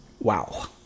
wow